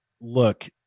Look